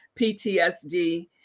PTSD